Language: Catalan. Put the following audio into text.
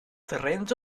terrenys